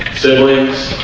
siblings